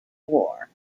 war